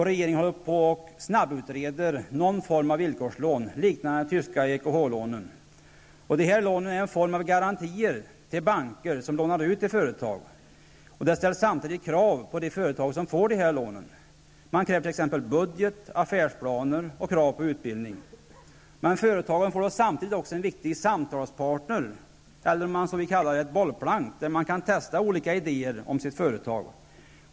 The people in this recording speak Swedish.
Regeringen håller på att snabbutreda någon form av villkorslån, liknande de tyska EKH-lånen. De här lånen är en form av garantier till banker som lånar ut till företag. Det ställs samtidigt krav på de företag som får dessa lån. Man kräver t.ex. budget och affärsplaner samt ställer krav på utbildning. Företagen får samtidigt en viktig samtalspartner, eller om man så vill ett bollplank, där man kan testa olika idéer för sitt företag.